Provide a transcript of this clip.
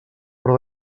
però